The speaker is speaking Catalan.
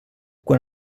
quan